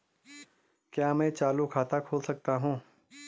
क्या मैं चालू खाता खोल सकता हूँ?